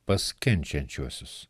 pas kenčiančiuosius